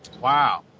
wow